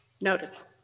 Notice